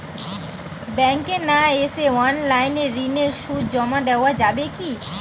ব্যাংকে না এসে অনলাইনে ঋণের সুদ জমা দেওয়া যাবে কি?